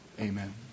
Amen